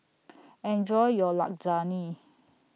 Enjoy your Lasagne